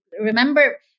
remember